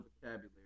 vocabulary